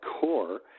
core